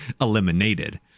Eliminated